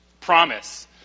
Promise